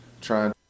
trying